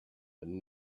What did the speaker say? and